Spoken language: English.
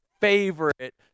favorite